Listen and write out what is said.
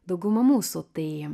dauguma mūsų tai